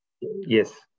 Yes